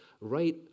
right